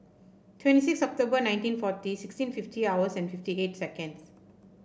twenty six October nineteen forty sixteen fifty hours and fifty eight seconds